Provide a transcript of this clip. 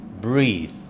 breathe